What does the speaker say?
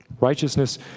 Righteousness